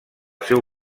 seu